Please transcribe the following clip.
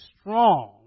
strong